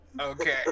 Okay